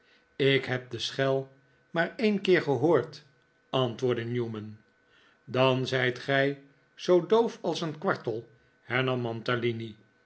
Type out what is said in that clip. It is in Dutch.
ik heb de schel maar een keer gehoord antwoordde newman dan zijt gij zoo doof als een kwartel hernam